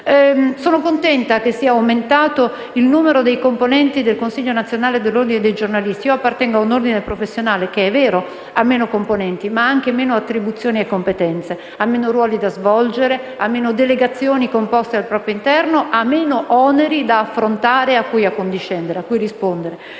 sono contenta che sia aumentato il numero dei componenti del Consiglio nazionale dell'Ordine dei giornalisti. Io appartengo a un ordine professionale che - è vero - ha meno componenti, ma ha anche meno attribuzioni, meno competenze, meno ruoli da svolgere, meno delegazioni composte al proprio interno e meno oneri da affrontare e cui accondiscendere. Per fare